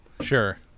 sure